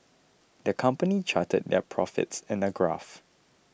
the company charted their profits in a graph